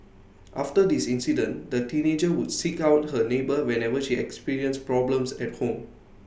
after this incident the teenager would seek out her neighbour whenever she experienced problems at home